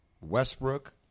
Westbrook